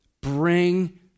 Bring